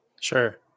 sure